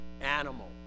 animal